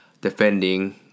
defending